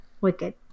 Wicked